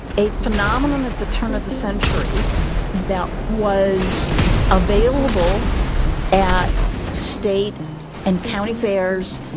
a phenomenon at the turn of the century that was available at state and county fairs,